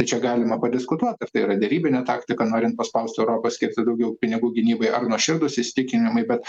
tai čia galima padiskutuot ar tai yra derybinė taktika norint paspaust europą skirti daugiau pinigų gynybai ar nuoširdūs įsitikinimai bet